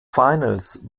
finals